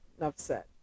Upset